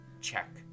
check